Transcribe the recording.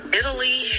italy